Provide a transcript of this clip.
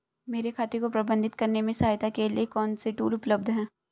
मेरे खाते को प्रबंधित करने में सहायता के लिए कौन से टूल उपलब्ध हैं?